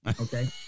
Okay